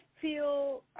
feel